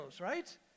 Right